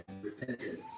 repentance